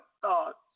thoughts